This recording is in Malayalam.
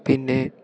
പിന്നേ